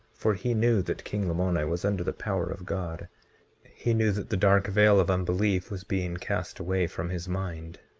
for he knew that king lamoni was under the power of god he knew that the dark veil of unbelief was being cast away from his mind,